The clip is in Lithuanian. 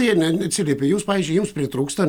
jie ne neatsiliepia jūs pavyzdžiui jums pritrūksta